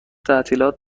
تعطیلات